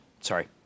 Sorry